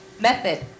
method